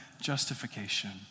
justification